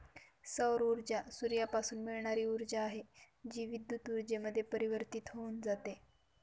सौर ऊर्जा सूर्यापासून मिळणारी ऊर्जा आहे, जी विद्युत ऊर्जेमध्ये परिवर्तित होऊन जाते